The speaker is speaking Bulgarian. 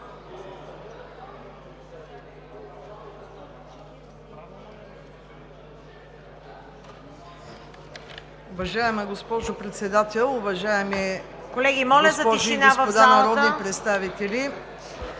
Уважаема госпожо Председател, уважаеми госпожи и господа народни представители!